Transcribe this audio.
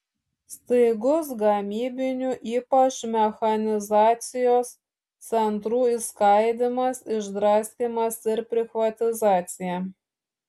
staigus gamybinių ypač mechanizacijos centrų išskaidymas išdraskymas ir prichvatizacija